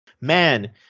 man